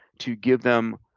to give them